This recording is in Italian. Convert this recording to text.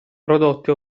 prodotti